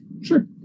sure